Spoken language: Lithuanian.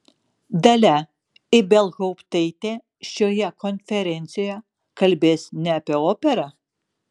dalia ibelhauptaitė šioje konferencijoje kalbės ne apie operą